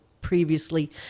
previously